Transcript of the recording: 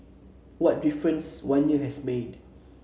what a difference one year has made